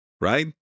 right